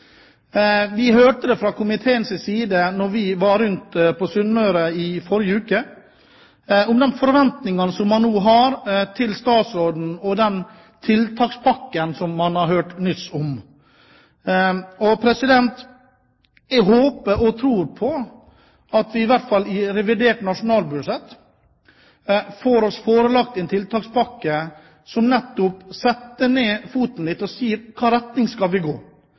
Vi i komiteen hørte da vi var rundt på Sunnmøre i forrige uke, om de forventningene som man nå har til statsråden og den tiltakspakken som man har hørt nyss om. Jeg håper og tror at vi i hvert fall i revidert nasjonalbudsjett får oss forelagt en tiltakspakke som nettopp setter ned foten litt og sier hvilken retning vi skal gå. Hva er det vi